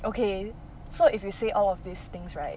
okay so if you say all of these things right